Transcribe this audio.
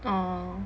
orh